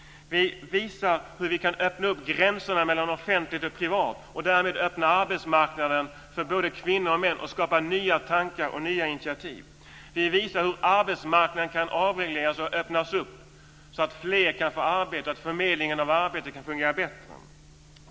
Vi visar hur vi kan öppna gränserna mellan offentligt och privat och därmed öppna arbetsmarknaden för både kvinnor och män och skapa nya tankar och nya initiativ. Vi visar hur arbetsmarknaden kan avregleras och öppnas så att fler kan få arbete och förmedlingen av arbete kan fungera bättre.